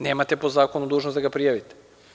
Nemate po zakonu dužnost da ga prijavite.